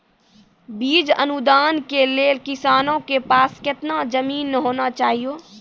बीज अनुदान के लेल किसानों के पास केतना जमीन होना चहियों?